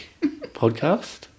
podcast